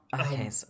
okay